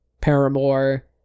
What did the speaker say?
Paramore